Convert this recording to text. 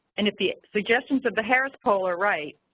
and, if the suggestions of the harris poll are right,